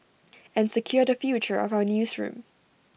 and secure the future of our newsroom